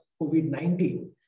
COVID-19